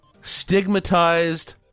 stigmatized